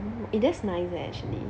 oh eh that's nice leh actually